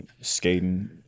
Skating